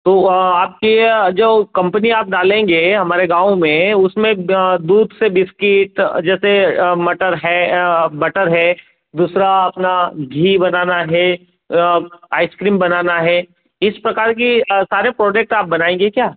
तो आपकी जो कम्पनी आप डालेंगे हमारे गाँव में उसमें दूध से बिस्किट जैसे मटर है बटर है दूसरा अपना घी बनाना है आइसक्रीम बनाना है इस प्रकार के सारे प्रोडक्ट आप बनाएंगे क्या